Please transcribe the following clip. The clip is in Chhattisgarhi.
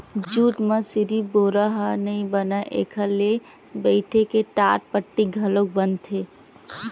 जूट म सिरिफ बोरा ह नइ बनय एखर ले बइटे के टाटपट्टी घलोक बनथे